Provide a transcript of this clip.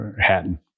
Hatton